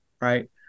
right